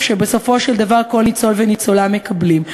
שבסופו של דבר כל ניצול וניצולה מקבלים.